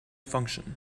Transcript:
function